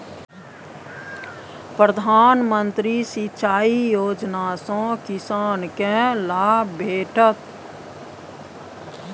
प्रधानमंत्री सिंचाई योजना सँ किसानकेँ लाभ भेटत